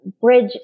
bridge